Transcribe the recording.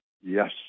Yes